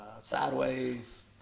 sideways